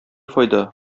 файда